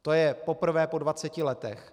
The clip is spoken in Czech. To je poprvé po 20 letech.